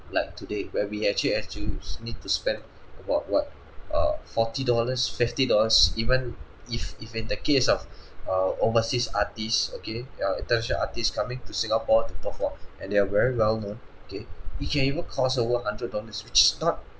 like today where we actually have to need to spend what what err forty dollars fifty dollars even if if in the case of err overseas artists okay err international artists coming to singapore to perform and they are very well known okay it can even cost over hundred dollars which is not